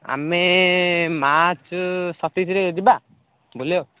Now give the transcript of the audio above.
ଆମେ ମାର୍ଚ୍ଚ ସତେଇଶରେ ଯିବା ବୁଲିବା